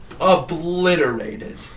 Obliterated